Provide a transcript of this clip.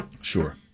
Sure